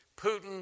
Putin